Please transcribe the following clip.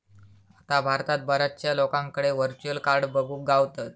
आता भारतात बऱ्याचशा लोकांकडे व्हर्चुअल कार्ड बघुक गावतत